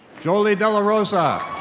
joely de la rosa.